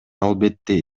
албетте